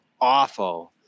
awful